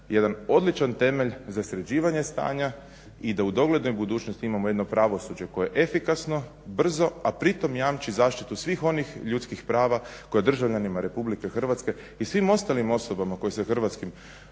jedan odličan temelj za sređivanje stanja i da u doglednoj budućnosti imamo jedno pravosuđe koje je efikasno, brzo, a pri tom jamči zaštitu svih onih ljudskih prava koje državljanima RH i svim ostalim osobama koje se sudovima